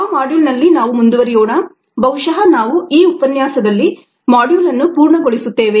ಆ ಮಾಡ್ಯೂಲ್ನಲ್ಲಿ ನಾವು ಮುಂದುವರಿಯೋಣ ಬಹುಶಃ ನಾವು ಈ ಉಪನ್ಯಾಸದಲ್ಲಿ ಮಾಡ್ಯೂಲ್ ಅನ್ನು ಪೂರ್ಣಗೊಳಿಸುತ್ತೇವೆ